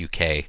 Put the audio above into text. UK